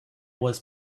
was